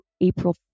April